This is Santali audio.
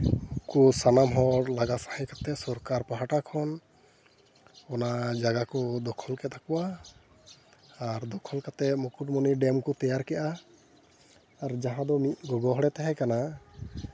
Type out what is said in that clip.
ᱩᱱᱠᱩ ᱥᱟᱱᱟᱢ ᱦᱚᱲ ᱞᱟᱜᱟ ᱥᱟᱦᱟᱣ ᱠᱟᱛᱮᱫ ᱥᱚᱨᱠᱟᱨ ᱯᱟᱦᱚᱴᱟ ᱠᱷᱚᱱ ᱚᱱᱟ ᱡᱟᱭᱜᱟ ᱠᱚ ᱫᱚᱠᱠᱷᱚᱞ ᱠᱮᱫ ᱛᱟᱠᱚᱣᱟ ᱟᱨ ᱫᱚᱠᱠᱷᱚᱞ ᱠᱟᱛᱮᱫ ᱢᱩᱠᱩᱴᱢᱚᱱᱤ ᱰᱮᱢ ᱠᱚ ᱛᱮᱭᱟᱨ ᱠᱮᱫᱼᱟ ᱟᱨ ᱡᱟᱦᱟᱸ ᱫᱚ ᱢᱤᱫ ᱜᱚᱜᱚ ᱦᱚᱲᱮ ᱛᱟᱦᱮᱸ ᱠᱟᱱᱟ